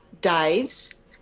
Dives